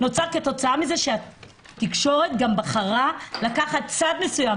כתוצאה מכך שהתקשורת בחרה לקחת צד מסוים.